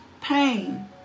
pain